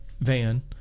van